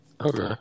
okay